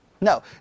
No